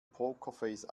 pokerface